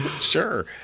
sure